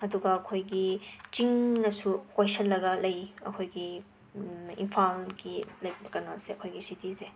ꯑꯗꯨꯒ ꯑꯩꯈꯣꯏꯒꯤ ꯆꯤꯡꯅꯁꯨ ꯀꯣꯏꯁꯤꯜꯂꯒ ꯂꯩ ꯑꯩꯈꯣꯏꯒꯤ ꯏꯝꯐꯥꯟꯒꯤ ꯂꯩꯛ ꯀꯩꯅꯣꯁꯦ ꯑꯩꯈꯣꯏꯒꯤ ꯁꯤꯇꯤꯁꯦ